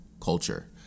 culture